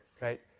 right